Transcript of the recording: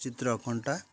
ଚିତ୍ର ଅଙ୍କନଟା